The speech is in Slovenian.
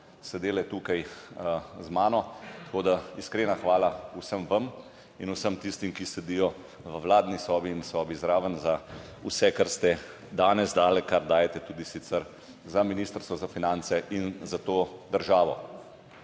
sedele tukaj z mano. Tako da iskrena hvala vsem vam in vsem tistim, ki sedijo v vladni sobi in sobi zraven, za vse kar ste danes dali, kar dajete tudi sicer za Ministrstvo za finance in za to državo.